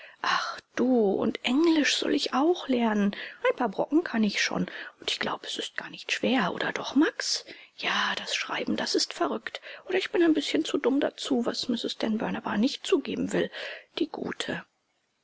ach du und englisch soll ich auch lernen ein paar brocken kann ich schon und ich glaube es ist gar nicht schwer oder doch max ja das schreiben das ist verrückt oder ich bin ein bißchen zu dumm dazu was mrs stanburn aber nicht zugeben will die gute